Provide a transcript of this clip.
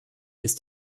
ist